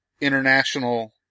international